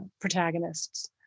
protagonists